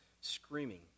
screaming